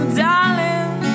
darling